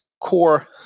core